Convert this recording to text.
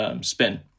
spin